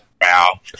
Wow